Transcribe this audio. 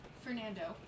Fernando